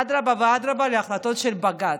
אדרבה ואדרבה, להחלטות של בג"ץ.